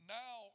now